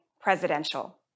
presidential